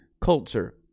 culture